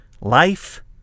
life